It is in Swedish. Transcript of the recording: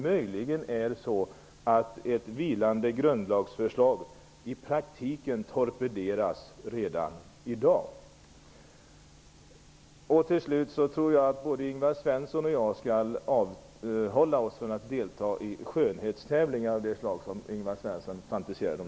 Möjligen är det så att ett vilande grundlagsförslag i praktiken torpederas redan i dag. Till slut tror jag att både Ingvar Svensson och jag skall avhålla oss från att delta i skönhetstävlingar av det slag som Ingvar Svensson fantiserade om.